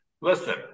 Listen